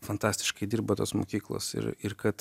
fantastiškai dirba tos mokyklos ir ir kad